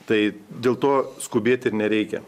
tai dėl to skubėt ir nereikia